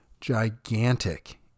gigantic